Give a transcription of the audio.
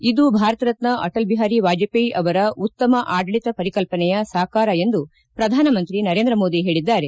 ಇದು ಭಾರತರತ್ನ ಅಟಲ್ ಬಿಹಾರಿ ವಾಜಪೇಯಿ ಅವರ ಉತ್ತಮ ಆಡಳಿತ ಪರಿಕಲ್ಪನೆಯ ಸಾಕಾರ ಎಂದು ಪ್ರಧಾನಮಂತ್ರಿ ನರೇಂದ್ರ ಮೋದಿ ಹೇಳಿದ್ದಾರೆ